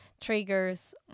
triggers